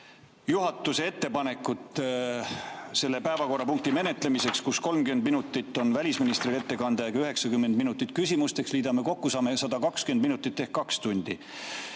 juhatuse ettepanekut selle päevakorrapunkti menetlemiseks, siis 30 minutit on välisministri ettekande aeg, 90 minutit küsimusteks, liidame kokku, saame 120 minutit ehk kaks tundi.